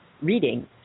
reading